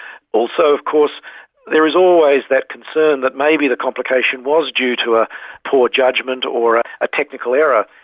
also of course there is always that concern that maybe the complication was due to a poor judgement or a technical error,